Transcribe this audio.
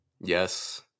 Yes